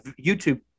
YouTube